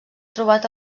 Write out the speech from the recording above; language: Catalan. trobat